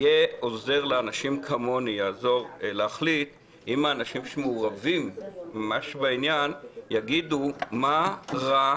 יעזור לאנשים כמוני להחליט אם האנשים שמעורבים ממש בעניין יגידו מה רע